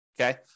okay